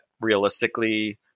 realistically